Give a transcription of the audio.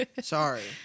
Sorry